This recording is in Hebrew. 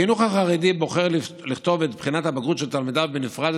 החינוך החרדי בוחר לכתוב את בחינת הבגרות של תלמידיו בנפרד,